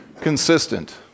consistent